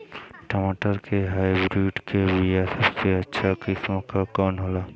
टमाटर के हाइब्रिड क बीया सबसे अच्छा किस्म कवन होला?